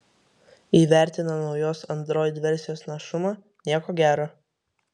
įvertino naujos android versijos našumą nieko gero